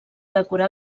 decorar